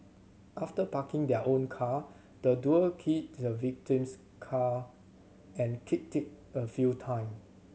after parking their own car the duo keyed the victim's car and kicked it a few time